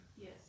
Yes